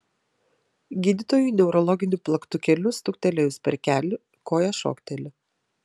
gydytojui neurologiniu plaktukėliu stuktelėjus per kelį koja šokteli